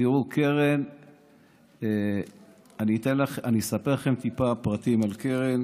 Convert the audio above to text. תראו, אני אספר לכם טיפה פרטים על קרן.